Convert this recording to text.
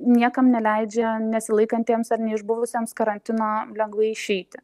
niekam neleidžia nesilaikantiems ar neišbuvusiems karantino lengvai išeiti